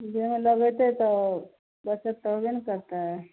जहन लगेतइ तऽ बचत तऽ हेबे ने करतइ